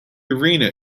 arena